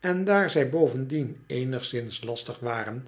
en daar zij bovendien eenigszins lastig waren